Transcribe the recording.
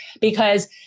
because-